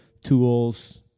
tools